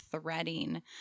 threading